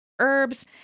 herbs